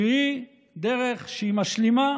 שהיא דרך שהיא משלימה